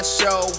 show